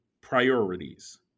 priorities